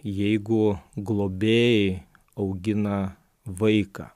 jeigu globėjai augina vaiką